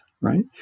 right